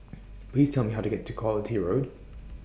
Please Tell Me How to get to Quality Road